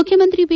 ಮುಖ್ಯಮಂತ್ರಿ ಚಿ